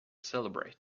celebrate